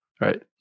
Right